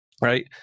right